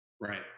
right